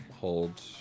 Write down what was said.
hold